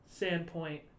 Sandpoint